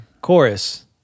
Chorus